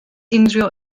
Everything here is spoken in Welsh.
unrhyw